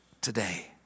today